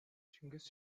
чингис